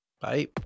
Bye